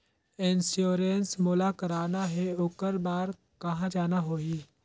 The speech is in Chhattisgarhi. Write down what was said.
इंश्योरेंस मोला कराना हे ओकर बार कहा जाना होही?